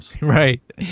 Right